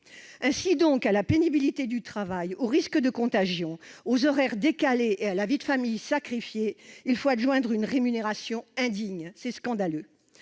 Ainsi, donc, à la pénibilité du travail, aux risques de contagion, aux horaires décalés et à la vie de famille sacrifiée, il faut adjoindre une rémunération indigne. C'est scandaleux